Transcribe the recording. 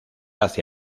hace